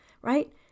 right